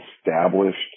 established